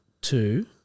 two